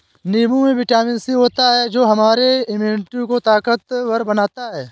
नींबू में vitamin C होता है जो हमारे इम्यूनिटी को ताकतवर बनाता है